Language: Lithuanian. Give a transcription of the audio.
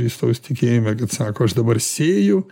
kristaus tikėjime kad sako aš dabar sėju